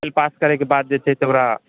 trial pass करैके बाद जे छै से ओकरा